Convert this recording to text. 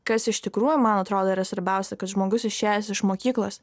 kas iš tikrųjų man atrodo yra svarbiausia kad žmogus išėjęs iš mokyklos